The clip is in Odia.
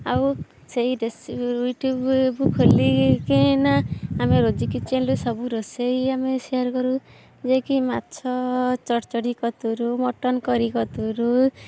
ଆଉ ସେଇ ରେସିପି ୟୁଟୁବ ଖୋଲିକି ନା ଆମେ ରୋଜି କିଚେନରେ ସବୁ ରୋଷେଇ ଆମେ ସେୟାର କରୁ ଯାଇକି ମାଛ ଚଡ଼ଚଡ଼ି କତିରୁ ମଟନ କରୀ କତିରୁ